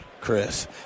chris